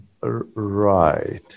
right